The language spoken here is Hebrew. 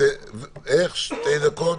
2 דקות.